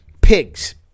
Pigs